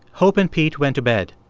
hope and pete went to bed.